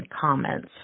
comments